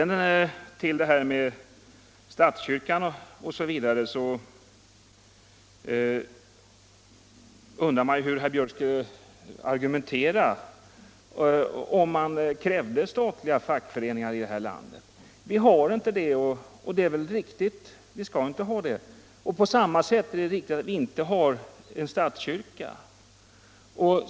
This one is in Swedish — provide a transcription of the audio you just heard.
När det sedan gäller statskyrkan undrar jag hur herr Björck skulle argumentera om någon verkligen krävde statliga fackföreningar här i landet. Vi har inte sådana, och det är riktigt. Vi skall inte ha det heller. På samma sätt är det riktigt att inte ha en statskyrka.